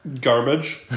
Garbage